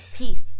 peace